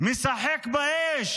משחק באש